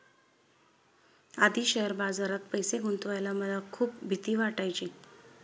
आधी शेअर बाजारात पैसे गुंतवायला मला खूप भीती वाटायची